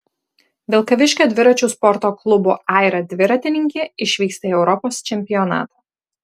vilkaviškio dviračių sporto klubo aira dviratininkė išvyksta į europos čempionatą